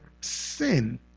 sin